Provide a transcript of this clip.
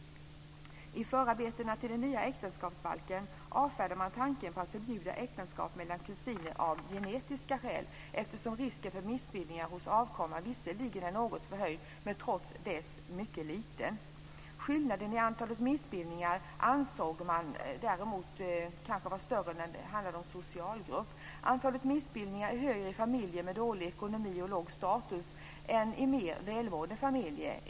I förarbetena till den nya äktenskapsbalken avfärdade man tanken på att förbjuda äktenskap mellan kusiner av genetiska skäl, eftersom risken för missbildningar hos avkomman visserligen är något förhöjd men trots det mycket liten. Skillnaden i antalet missbildningar ansåg man däremot kanske var större när det handlade om socialgrupper. Antalet missbildningar är större i familjer med dålig ekonomi och låg status än i mer välmående familjer.